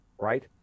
right